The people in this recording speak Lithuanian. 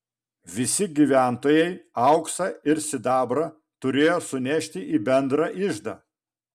visi gyventojai auksą ir sidabrą turėjo sunešti į bendrą iždą